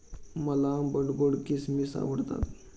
मला आंबट गोड किसमिस आवडतात